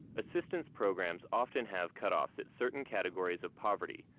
assistance programs often have cutoffs at certain categories of poverty,